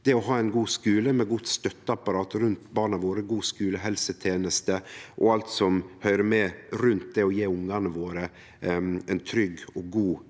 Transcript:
det å ha ein god skule med godt støtteapparat rundt barna våre, god skulehelseteneste og alt som høyrer med rundt det å gje ungane våre ein trygg og god